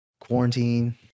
quarantine